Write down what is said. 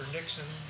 Nixon